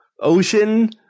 ocean